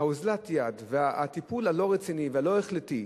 אוזלת היד והטיפול הלא-רציני והלא-החלטי,